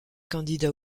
candidat